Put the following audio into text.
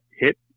hit